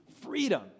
freedom